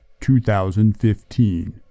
2015